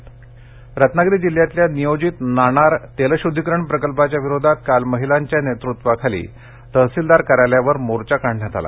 रबागिरी रव्यागिरी जिल्ह्यातल्या नियोजित नाणार तेलशुद्धिकरण प्रकल्पाच्या विरोधात काल महिलांच्या नेतृत्वाखाली तहसीलदार कार्यालयावर मोर्चा काढण्यात आला